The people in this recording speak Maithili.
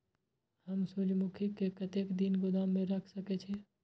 हम सूर्यमुखी के कतेक दिन गोदाम में रख सके छिए?